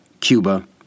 Cuba